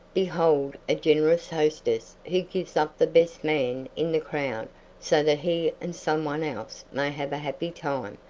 behold a generous hostess who gives up the best man in the crowd so that he and some one else may have a happy time.